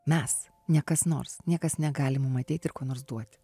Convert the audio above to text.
mes ne kas nors niekas negali mum ateit ir ko nors duoti